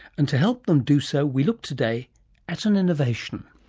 and to help them do so we look today at an innovation.